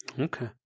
Okay